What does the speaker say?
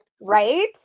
Right